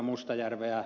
mustajärveä